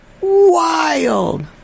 wild